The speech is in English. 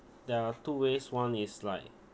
there are two ways one is like